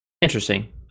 Interesting